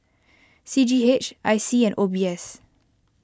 C G H I C and O B S